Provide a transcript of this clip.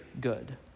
good